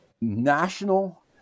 national